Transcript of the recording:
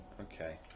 Okay